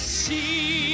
see